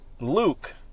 Luke